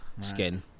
skin